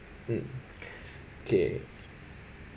mm okay